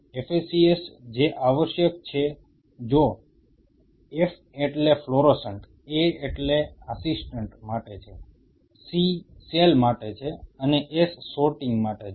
FACS જે આવશ્યક છે જો F એટલે ફ્લોરોસન્ટ A આસિસ્ટેડ માટે છે C સેલ માટે છે અને S સોર્ટિંગ માટે છે